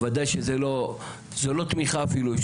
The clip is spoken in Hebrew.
וודאי שזה לא תמיכה אפילו,